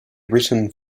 written